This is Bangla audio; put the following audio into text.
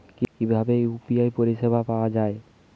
কিভাবে ইউ.পি.আই পরিসেবা পাওয়া য়ায়?